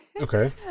Okay